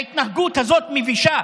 ההתנהגות הזאת מבישה.